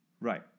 Right